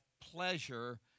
pleasure